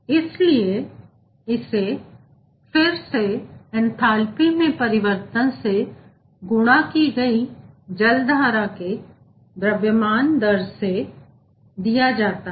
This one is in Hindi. इसलिए इसे फिर से एंथेल्पी में परिवर्तन से गुणा की गई जलधारा के द्रव्यमान दर से दिया जाता है